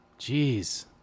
Jeez